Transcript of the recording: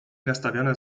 nastawione